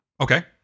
Okay